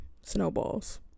Snowballs